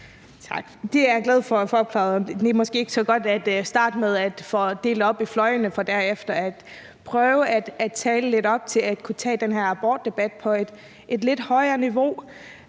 Det er jeg glad for at få opklaret, for det er måske ikke så godt at starte med at dele fløjene op for derefter at prøve at tale det op til at kunne tage den her abortdebat på et lidt højere niveau.